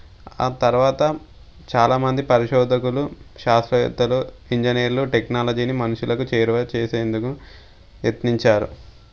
ఆ తర్వాత చాలామంది పరిశోధకులు శాస్త్రవేత్తలు ఇంజనీర్లు టెక్నాలజీని మనుషులకు చేరువ చేసేందుకు ప్రయత్నించారు